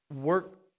work